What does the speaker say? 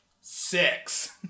Six